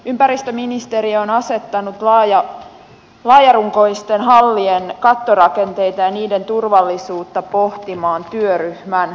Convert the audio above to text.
ympäristöministeriö on asettanut laajarunkoisten hallien kattorakenteita ja niiden turvallisuutta pohtimaan työryhmän